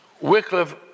Wycliffe